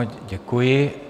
Děkuji.